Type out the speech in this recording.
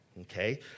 okay